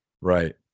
right